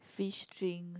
fish string